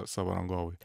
savo rangovui